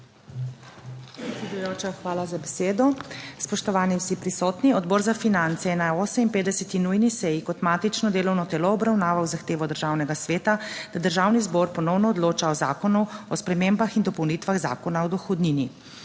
hvala za besedo. Spoštovani vsi prisotni. Odbor za finance je na 58. nujni seji kot matično delovno telo obravnaval zahtevo Državnega sveta, da Državni zbor ponovno odloča o Zakonu o spremembah in dopolnitvah Zakona o dohodnini,